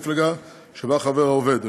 במפלגה שבה חבר העובד,